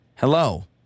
Hello